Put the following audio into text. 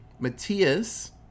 Matias